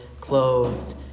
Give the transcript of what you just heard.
clothed